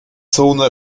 zone